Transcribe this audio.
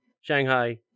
Shanghai